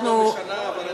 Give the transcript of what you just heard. זה לא משנה אבל,